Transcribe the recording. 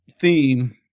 theme